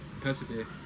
persevere